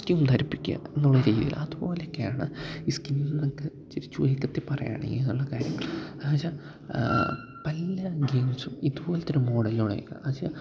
ധരിപ്പിക്കുക എന്നുള്ള രീതിയില് അതുപോലൊക്കെയാണ് ഈ സ്കിന്നിനൊക്കെചുരിക്കത്തില് പറയുകയാണെങ്കില് എന്നുള്ള കാര്യങ്ങള് എന്നുവച്ചാല് പല ഗെയിംസും ഇതുപോലത്തൊരു മോഡലിലാണ് എന്നുവച്ചാല്